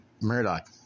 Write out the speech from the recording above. Murdoch